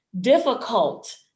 difficult